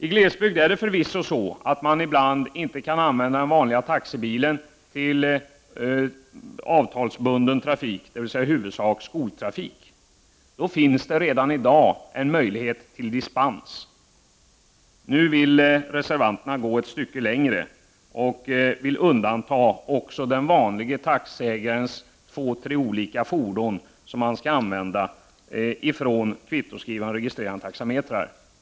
I glesbygd kan man förvisso ibland inte använda den vanliga taxibilen till avtalsbunden trafik, dvs. i huvudsak skoltrafik. Det finns för sådana fall redan i dag en möjlighet till dispens. Reservanterna vill nu gå ett stycke längre och undanta också den vanlige taxiägarens två å tre taxibilar från kvittoskrivande och registrerande taxametrar.